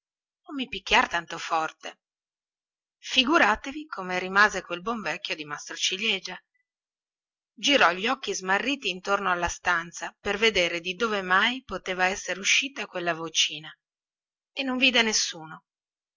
non mi picchiar tanto forte figuratevi come rimase quel buon vecchio di maestro ciliegia girò gli occhi smarriti intorno alla stanza per vedere di dove mai poteva essere uscita quella vocina e non vide nessuno